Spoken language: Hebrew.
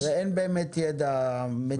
אין באמת ידע מדויק.